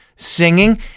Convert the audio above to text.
singing